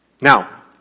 Now